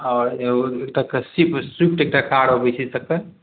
आओर एकटा Swift Swift एकटा कार अबै छै तकर